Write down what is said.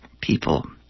people